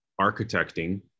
architecting